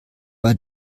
bei